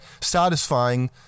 satisfying